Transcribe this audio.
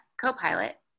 co-pilot